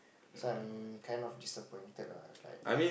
so I'm kind of disappointed lah like